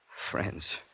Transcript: Friends